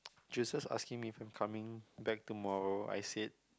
Joseph's asking me if I'm coming back tomorrow I said